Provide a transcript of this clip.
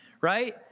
right